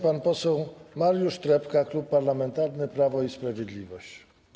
Pan poseł Mariusz Trepka, Klub Parlamentarny Prawo i Sprawiedliwość.